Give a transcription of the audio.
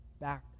back